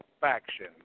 faction